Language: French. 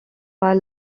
pas